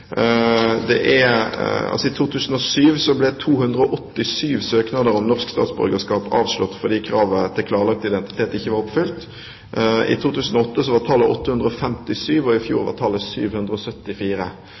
i Norge. I 2007 ble 287 søknader om norsk statsborgerskap avslått fordi kravet til klarlagt identitet ikke var oppfylt. I 2008 var tallet 857, og i fjor